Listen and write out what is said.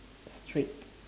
straight